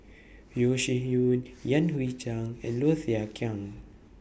Yeo Shih Yun Yan Hui Chang and Low Thia Khiang